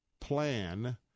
plan